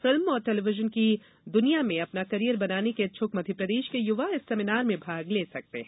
film और television की दुनिया में अपना कैरियर बनाने के इच्छुक मध्यप्रदेश के युवा इस सेमीनार में भाग ले सकते हैं